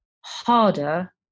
harder